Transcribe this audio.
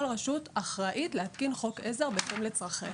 רשות אחראית להתקין חוק עזר בהתאם לצרכיה.